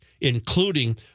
including